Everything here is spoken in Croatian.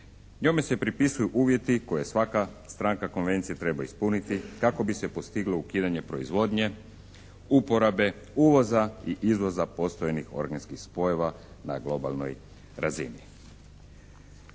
Njome se propisuju uvjeti koje svaka stranka konvencije treba ispuniti kako bi se postiglo ukidanje proizvodnje, uporabe uvoza i izvoza postojanih organskih spojeva na globalnoj razini.